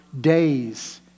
days